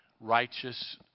...righteous